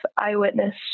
eyewitness